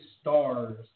stars